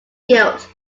guilt